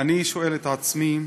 אני שואל את עצמי,